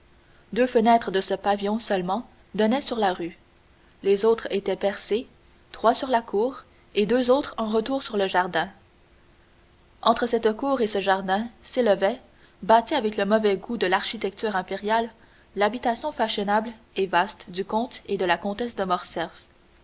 deux fenêtres de ce pavillon seulement donnaient sur la rue les autres étaient percées trois sur la cour et deux autres en retour sur le jardin entre cette cour et ce jardin s'élevait bâtie avec le mauvais goût de l'architecture impériale l'habitation fashionable et vaste du comte et de la comtesse de